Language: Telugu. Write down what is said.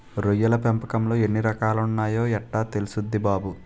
రొయ్యల పెంపకంలో ఎన్ని రకాలున్నాయో యెట్టా తెల్సుద్ది బాబూ?